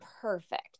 perfect